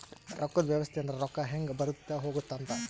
ರೊಕ್ಕದ್ ವ್ಯವಸ್ತೆ ಅಂದ್ರ ರೊಕ್ಕ ಹೆಂಗ ಬರುತ್ತ ಹೋಗುತ್ತ ಅಂತ